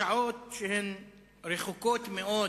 בשעות שהן רחוקות מאוד